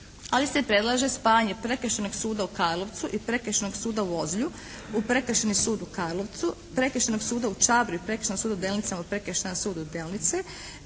ali se i predlaže spajanje Prekršajnog suda u Karlovcu i Prekršajnog suda u Ozlju u Prekršajni sud u Karlovcu, Prekršajnog suda u Čabru i Prekršajnog suda u Delnicama u Prekršajni sud Delnice,